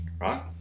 right